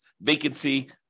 vacancy